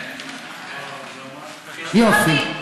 יופי.